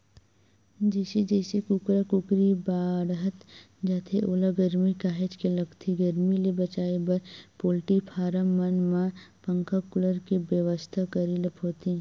जइसे जइसे कुकरा कुकरी बाड़हत जाथे ओला गरमी काहेच के लगथे गरमी ले बचाए बर पोल्टी फारम मन म पंखा कूलर के बेवस्था करे ल होथे